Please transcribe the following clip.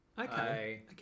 Okay